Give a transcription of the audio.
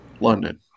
London